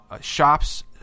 shops